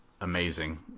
amazing